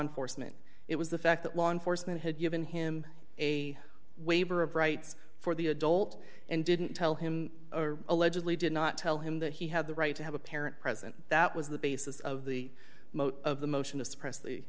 enforcement it was the fact that law enforcement had given him a waiver of rights for the adult and didn't tell him or allegedly did not tell him that he had the right to have a parent present that was the basis of the motor of the motion to suppress the